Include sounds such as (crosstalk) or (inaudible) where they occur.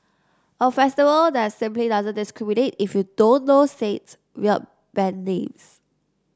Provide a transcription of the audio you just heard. a festival that simply doesn't discriminate if you don't know (unintelligible) weird band names